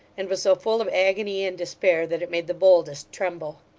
and was so full of agony and despair, that it made the boldest tremble.